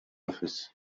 office